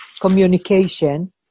communication